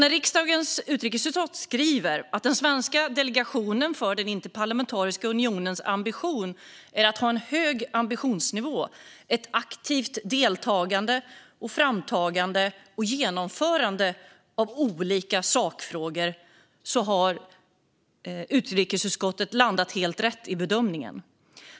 Riksdagens utrikesutskott skriver att den svenska delegationen till Interparlamentariska unionen ska ha en hög ambitionsnivå och ett aktivt deltagande i framtagande och genomförande av olika sakfrågor. Utrikesutskottet har där landat helt rätt i bedömningen.